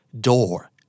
door